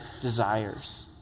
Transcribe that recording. desires